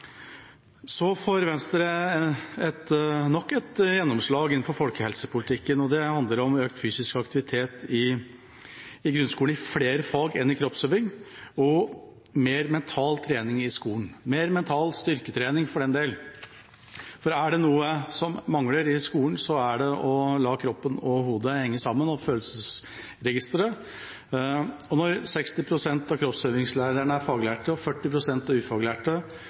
Så får Venstre nok et gjennomslag innenfor folkehelsepolitikken, og det handler om økt fysisk aktivitet i grunnskolen i flere fag enn i kroppsøving og mer mental trening i skolen – for den del mer mental styrketrening. For er det noe som mangler i skolen, så er det å la kroppen og hodet og følelsesregisteret henge sammen. Når 60 pst. av kroppsøvingslærerne er faglærte og 40 pst. er ufaglærte,